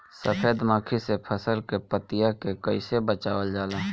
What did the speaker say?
सफेद मक्खी से फसल के पतिया के कइसे बचावल जाला?